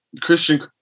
Christian